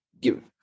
give